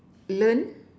learn